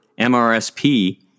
MRSP